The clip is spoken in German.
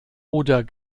oder